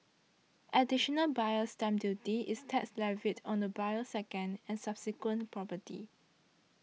additional Buyer's Stamp Duty is tax levied on a buyer's second and subsequent property